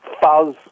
fuzz